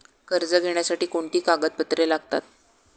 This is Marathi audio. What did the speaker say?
कर्ज घेण्यासाठी कोणती कागदपत्रे लागतात?